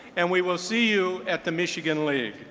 and we will see you at the michigan league.